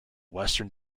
western